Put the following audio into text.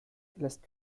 lässt